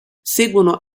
seguono